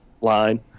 line